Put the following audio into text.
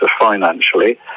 financially